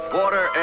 water